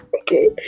Okay